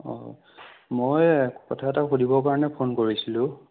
অঁ মই কথা এটা সুধিবৰ কাৰণে ফোন কৰিছিলোঁ